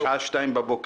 בשעה 2 בבוקר,